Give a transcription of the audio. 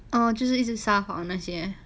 oh 就是一直撒谎的那些